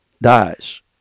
dies